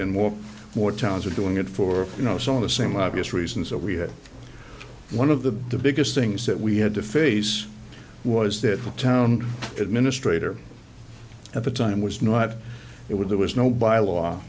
and more more towns are doing it for you know some of the same obvious reasons that we had one of the biggest things that we had to face was that the town administrator at the time was not it was there was no bylaw